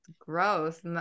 gross